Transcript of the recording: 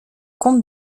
comte